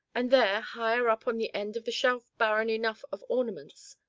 and there, higher up on the end of the shelf barren enough of ornaments,